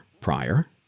prior